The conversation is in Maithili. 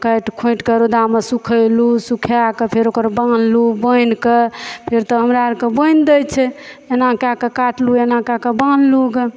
काटि खोटिके रौदामे सूखेलहुँ सूखाके फेर ओकर बान्हलहुँ बान्हिके फेर तऽ हमरा अरके बोनि दै छै एना कए कऽ काटलहुँ एना कए कऽ बान्हलहुँ गऽ